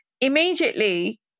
Immediately